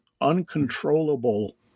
uncontrollable